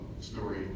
story